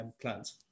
plans